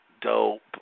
dope